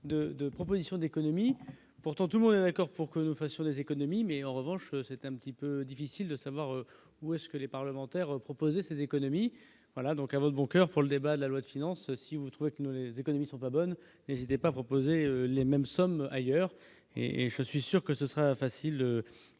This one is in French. de propositions d'économies pourtant tout mauvais accord pour que nous fassions des économies, mais en revanche, c'est un petit peu difficile de savoir où est-ce que les parlementaires proposer ses économies voilà donc à votre bon coeur pour le débat de la loi de finances. Si vous trouvez que nous, les économies sont pas bonnes et je n'ai pas proposer les mêmes sommes ailleurs et je suis sûr que ce sera facile à